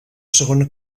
segona